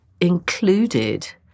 included